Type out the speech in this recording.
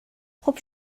خوب